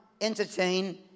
entertain